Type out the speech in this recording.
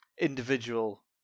individual